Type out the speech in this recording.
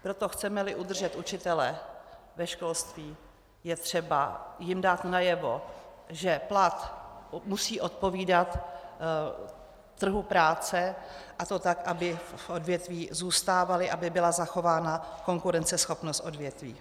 Proto chcemeli udržet učitele ve školství, je třeba jim dát najevo, že plat musí odpovídat trhu práce, a to tak, aby v odvětví zůstávali, aby byla zachována konkurenceschopnost odvětví.